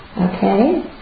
Okay